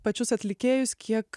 pačius atlikėjus kiek